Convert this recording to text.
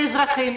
לאזרחים,